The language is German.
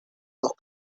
auch